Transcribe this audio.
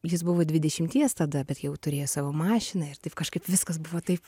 jis buvo dvidešimties tada bet jau turėjo savo mašiną ir taip kažkaip viskas buvo taip